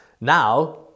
now